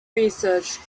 research